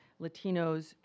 Latinos